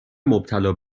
مبتلا